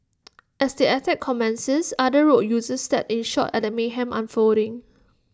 as the attack commences other road users stared in shock at the mayhem unfolding